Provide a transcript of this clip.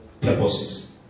purposes